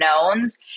unknowns